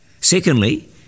Secondly